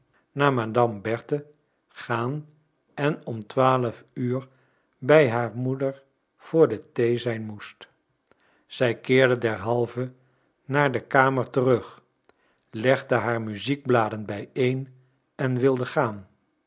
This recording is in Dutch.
naar madame berthe gaan en om twaalf uur bij haar moeder voor de thee zijn moest zij keerde derhalve naar de kamer terug legde haar muziekbladen bijeen en wilde gaan